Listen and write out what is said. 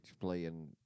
playing